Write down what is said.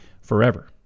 forever